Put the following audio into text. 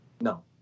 No